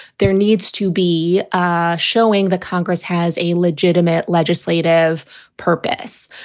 there needs to be ah showing the congress has a legitimate. legislative purpose.